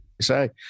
say